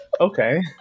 Okay